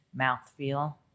Mouthfeel